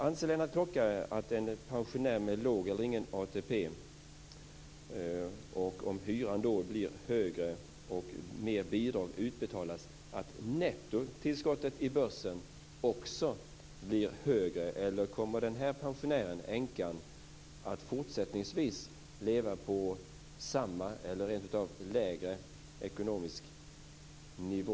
Anser Lennart Klockare att en pensionär med låg eller ingen ATP får, när hyran och bostadsbidraget höjs, ett högre netto i börsen, eller kommer denna pensionär - änkan - att fortsättningsvis leva på samma eller lägre ekonomiska nivå?